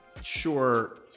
sure